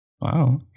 Wow